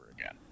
again